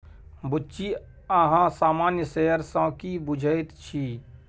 बुच्ची अहाँ सामान्य शेयर सँ की बुझैत छी?